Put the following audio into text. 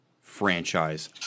franchise